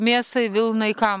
mėsai vilnai kam